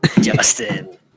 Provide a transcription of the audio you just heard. Justin